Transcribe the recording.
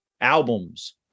albums